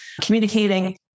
communicating